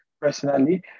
personally